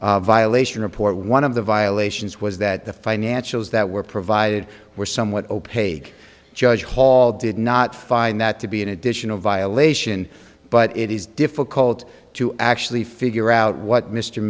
violation report one of the violations was that the financials that were provided were somewhat opaque judge hall did not find that to be an additional violation but it is difficult to actually figure out what mr